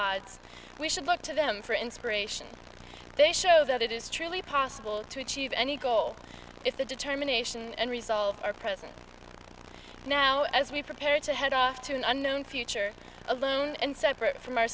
odds we should look to them for inspiration they show that it is truly possible to achieve any goal if the determination and resolve are present now as we prepare to head off to an unknown future alone and separate from our